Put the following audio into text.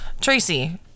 Tracy